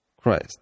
Christ